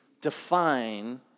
define